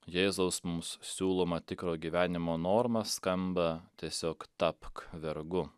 jėzaus mums siūloma tikro gyvenimo norma skamba tiesiog tapk vergu